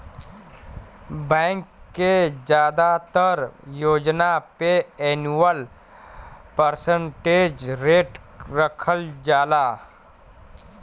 bank के जादातर योजना पे एनुअल परसेंटेज रेट रखल जाला